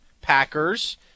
Packers